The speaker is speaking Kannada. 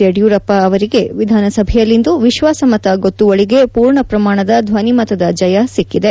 ಯದಿಯೂರಪ್ಪ ಅವರಿಗೆ ವಿಧಾನಸಭೆಯಲ್ಲಿಂದು ವಿಶ್ವಾಸಮತ ಗೊತ್ತುವಳಿಗೆ ಪೂರ್ಣ ಪ್ರಮಾಣದ ಧ್ವನಿಮತದ ಜಯ ಸಿಕ್ಕಿದೆ